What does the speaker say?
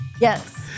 Yes